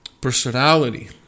personality